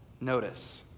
notice